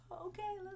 Okay